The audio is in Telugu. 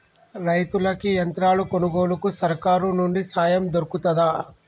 రైతులకి యంత్రాలు కొనుగోలుకు సర్కారు నుండి సాయం దొరుకుతదా?